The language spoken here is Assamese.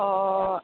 অঁ